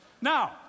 Now